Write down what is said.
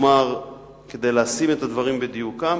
כדי לשים את הדברים על דיוקם,